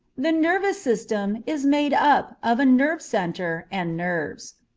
the nervous system is made up of a nerve centre and nerves.